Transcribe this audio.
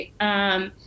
right